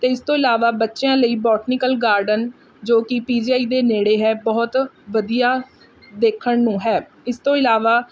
ਅਤੇ ਇਸ ਤੋਂ ਇਲਾਵਾ ਬੱਚਿਆਂ ਲਈ ਬੋਟਨੀਕਲ ਗਾਰਡਨ ਜੋ ਕਿ ਪੀ ਜੀ ਆਈ ਦੇ ਨੇੜੇ ਹੈ ਬਹੁਤ ਵਧੀਆ ਦੇਖਣ ਨੂੰ ਹੈ ਇਸ ਤੋਂ ਇਲਾਵਾ